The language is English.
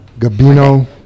Gabino